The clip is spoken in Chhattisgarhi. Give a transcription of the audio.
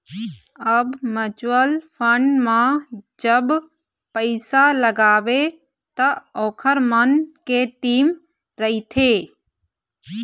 अब म्युचुअल फंड म जब पइसा लगाबे त ओखर मन के टीम रहिथे